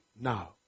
Now